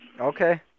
Okay